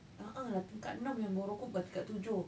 a'ah lah tingkat enam yang bau rokok bukan tingkat tujuh